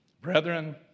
Brethren